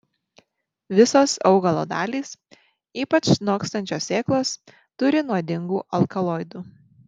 visos augalo dalys ypač nokstančios sėklos turi nuodingų alkaloidų